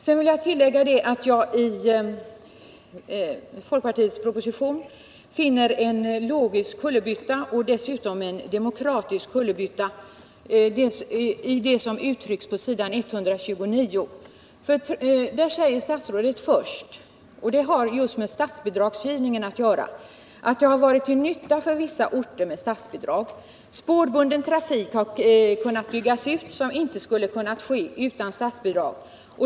Sedan vill jag tillägga att jag i folkpartiregeringens proposition finner en såväl logisk som demokratisk kullerbytta i det som uttrycks på s. 129. Där säger statsrådet just beträffande statsbidragsgivningen att den varit till nytta för vissa orter. Spårbunden trafik har kunnat byggas ut, vilket inte kunnat ske utan statsbidrag.